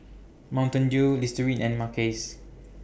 Mountain Dew Listerine and Mackays